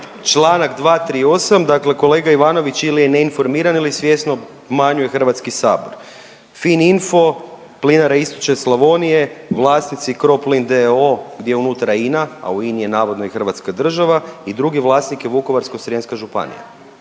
čl. 238, dakle kolega Ivanović ili je neinformiran ili svjesno obmanjuje HS. Fininfo, Plinara istočne Slavonije, vlasnici Croplin d.o.o., gdje je unutra INA, a u INA-i je navodno i hrvatska država i drugi vlasnik je Vukovarsko-srijemska županija.